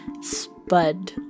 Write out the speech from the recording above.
Spud